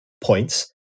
points